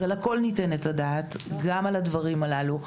אז על הכול ניתן את הדעת גם על הדברים הללו.